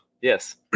yes